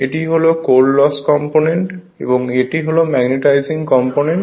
এটি হল core loss component এবং এটি হল ম্যাগনেটাইজিং কম্পোনেন্ট